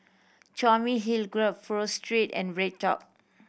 Tommy Hill graph Pho Street and BreadTalk